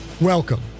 Welcome